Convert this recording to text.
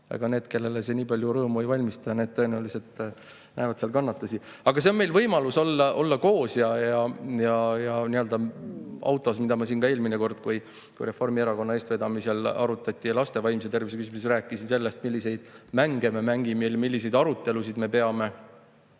aga need, kellele see nii palju rõõmu ei valmista, tõenäoliselt näevad seal kannatusi. Aga see on meil võimalus olla autos koos. Eelmine kord, kui Reformierakonna eestvedamisel arutati laste vaimse tervise küsimusi, ma rääkisin sellest, milliseid mänge me mängime, milliseid arutelusid me peame.